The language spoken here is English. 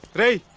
hey,